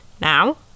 now